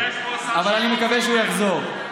אבל אני מקווה שהוא יחזור.